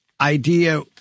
idea